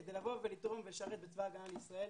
כדי לבוא ולתרום ולשרת בצבא ההגנה לישראל